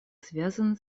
связана